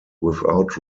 without